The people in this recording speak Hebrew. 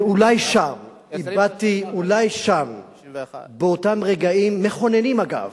אולי שם איבדתי, באותם רגעים, מכוננים, אגב,